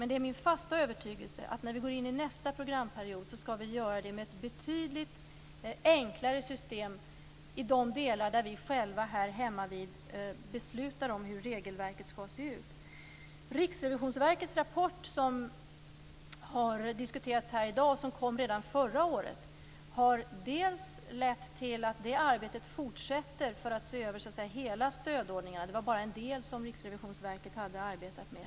Det är min fasta övertygelse att när vi går in i nästa programperiod skall vi göra det med ett betydligt enklare system i de delar där vi själva beslutar om regelverket. Riksrevisionsverkets rapport som kom redan förra året har diskuterats i dag. Rapporten har lett till att arbetet fortsätter för att se över hela stödordningen. Det var bara en del som Riksrevisionsverket hade arbetat med.